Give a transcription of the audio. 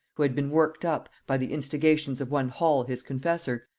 who had been worked up, by the instigations of one hall his confessor,